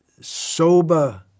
sober